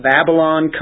Babylon